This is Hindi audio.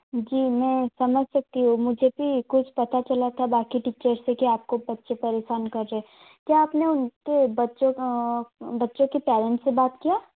जी मैं समझ सकती हूँ मुझे भी कुछ पता चला था बाक़ी टीक्चर्स से कि आपको बच्चे परेशान कर रहे हैं क्या आपने उनके बच्चों बच्चों के पैरंट्स से बात किया